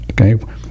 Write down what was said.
Okay